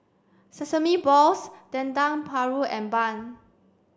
sesame balls Dendeng Paru and bun